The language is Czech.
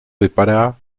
vypadá